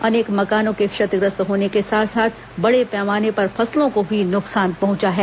अनेक मकानों के क्षतिग्रस्त होने के साथ साथ बड़े पैमाने पर फसलों को भी नुकसान पहुंचा है